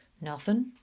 Nothing